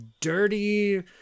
dirty